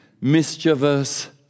mischievous